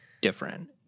different